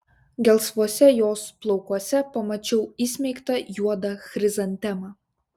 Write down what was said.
gelsvuose jos plaukuose pamačiau įsmeigtą juodą chrizantemą